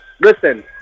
listen